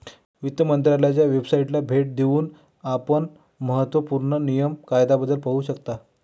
वित्त मंत्रालयाच्या वेबसाइटला भेट देऊन आपण महत्त्व पूर्ण नियम कायद्याबद्दल पाहू शकता